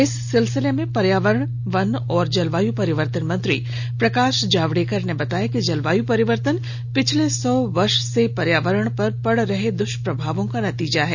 इस सिलसिले में पर्यावरण वन और जलवायु परिवर्तन मंत्री प्रकाश जावड़ेकर ने बताया कि जलवायु परिवर्तन पिछले सौ वर्ष से पर्यावरण पर पड़ रहे द्वष्प्रभावों का नतीजा है